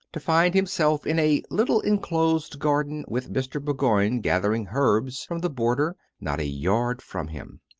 to find himself in a little enclosed garden with mr. bourgoign gathering herbs from the border, not a yard from him.